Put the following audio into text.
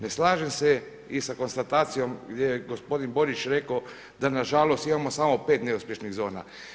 Ne slažem se i sa konstatacijom gdje je gospodin Borić rekao da nažalost imamo samo 5 neuspješnih zona.